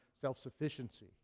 self-sufficiency